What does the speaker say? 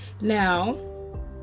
Now